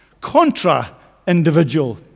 contra-individual